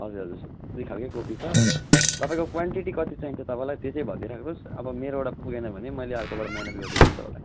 हजुर हजुर दुई खाल्के कोपी छ तपाईँको क्वान्टिटी कति चाहिन्छ तपाईँलाई त्यो चाहिँ भनिदिइराख्नुहोस् अब मेरोबाट पुगेन भने मैले अर्कोबाट म्यानेज गरिदिन्छु नि तपाईँलाई